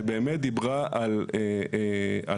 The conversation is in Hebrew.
שבאמת דיברה על כך